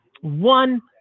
one